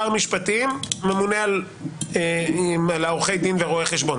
שר המשפטים ממונה על עורכי דין ורואי חשבון,